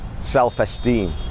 self-esteem